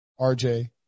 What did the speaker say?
RJ